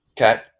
Okay